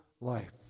life